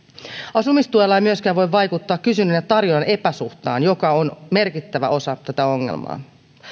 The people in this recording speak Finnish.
asumistuella ei myöskään voi vaikuttaa kysynnän ja tarjonnan epäsuhtaan joka on merkittävä osa tätä ongelmaa